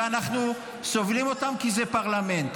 ואנחנו סובלים אותם כי זה פרלמנט.